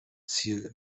ziel